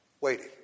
waiting